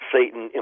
Satan